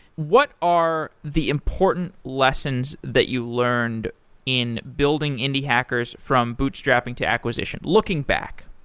what are the important lessons that you learned in building indie hackers from boot-strapping to acquisition? looking back.